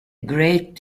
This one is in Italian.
great